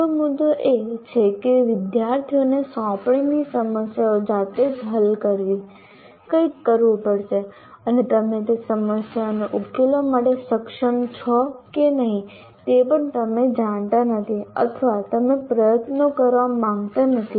બીજો મુદ્દો એ છે કે વિદ્યાર્થીઓને સોંપણીની સમસ્યાઓ જાતે જ હલ કરવી કંઈક કરવું પડશે અને તમે તે સમસ્યાઓને ઉકેલવા માટે સક્ષમ છો કે નહીં તે પણ તમે જાણતા નથી અથવા તમે પ્રયત્નો કરવા માંગતા નથી